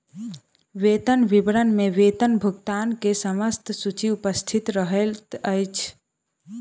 वेतन विवरण में वेतन भुगतान के समस्त सूचि उपस्थित रहैत अछि